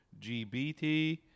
GBT